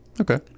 Okay